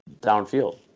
downfield